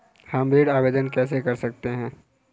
हम ऋण आवेदन कैसे कर सकते हैं?